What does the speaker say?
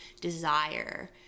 desire